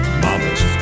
mama's